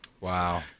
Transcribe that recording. Wow